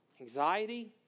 anxiety